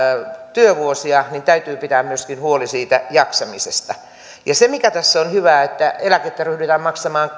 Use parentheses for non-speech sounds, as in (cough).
työvuosia niin täytyy pitää huoli myöskin siitä jaksamisesta se mikä tässä on hyvää on että eläkettä ryhdytään maksamaan (unintelligible)